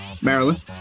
Maryland